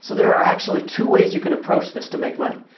so there are actually two ways you can approach this to make money.